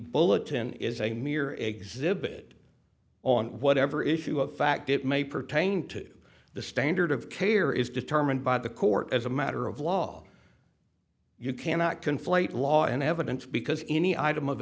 bulletin is a mere exhibit on whatever issue of fact it may pertain to the standard of care is determined by the court as a matter of law you cannot conflate law and evidence because any item of